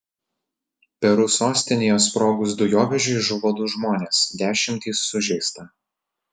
peru sostinėje sprogus dujovežiui žuvo du žmonės dešimtys sužeista